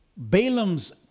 Balaam's